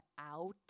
out